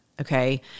Okay